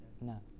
No